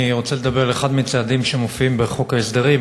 אני רוצה לדבר על אחד הצעדים שמופיעים בחוק ההסדרים,